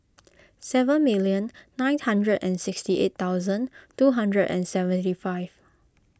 seven million nine hundred and sixty eight thousand two hundred and seventy five